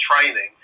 training